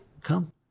come